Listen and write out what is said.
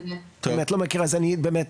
אז אני לא מכירה את